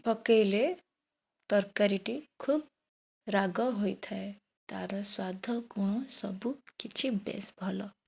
ପକେଇଲେ ତରକାରୀଟି ଖୁବ୍ ରାଗ ହୋଇଥାଏ ତା'ର ସ୍ୱାଦ ଗୁଣ ସବୁ କିଛି ବେସ୍ ଭଲ